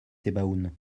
sebaoun